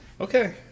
Okay